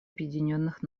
объединенных